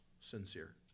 sincere